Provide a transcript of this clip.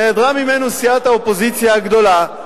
נעדרה ממנו סיעת האופוזיציה הגדולה,